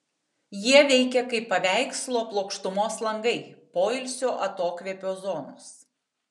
jie veikia kaip paveikslo plokštumos langai poilsio atokvėpio zonos